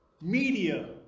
media